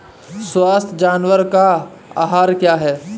स्वस्थ जानवर का आहार क्या है?